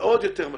ועוד יותר משמעות.